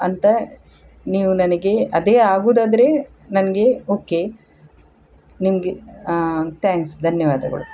ಅಂತ ನೀವು ನನಗೆ ಅದೇ ಆಗುವುದಾದ್ರೆ ನನಗೆ ಓಕೆ ನಿಮಗೆ ತ್ಯಾಂಕ್ಸ್ ಧನ್ಯವಾದಗಳು